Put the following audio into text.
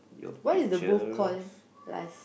what is the booth call last